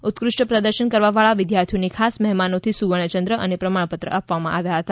ઉત્કૃષ્ટ પ્રદર્શન કરવાવાળા વિદ્યાર્થીઓ એ ખાસ મહેમાનોથી સુવર્ણચંદ્રક અને પ્રમાણપત્ર મેળવ્યા હતા